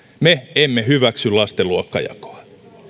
me emme hyväksy lasten luokkajakoa